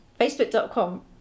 facebook.com